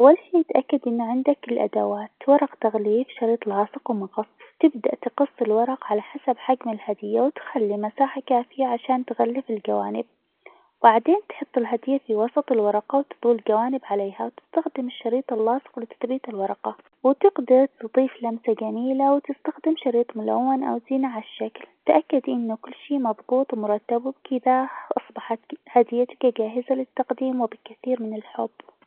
أول شيء تأكد إن عندك الادوات ورق تغليف شريط لاصق ومقص، تبدأ تقص الورق على حسب حجم الهدية ،وتخلي مساحة كافية عشان تغلف الجوانب ،بعدين تحط الهدية في وسط الورقة وتطوي الجوانب عليها ،وتستخدم الشريط اللاصق لتثبيت الورقة ،وتقدر تضيف لمسة جميلة وتستخدم شريط ملون ،أو زينة عالشكل ،تاكدي إنه كل شيء مظبوط ومرتب ،وبكذا أصبحت -ك- هديتك جاهزه للتقديم وبكثير من الحب.